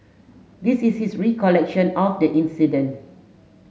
this is his recollection of the incident